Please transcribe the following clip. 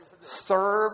serve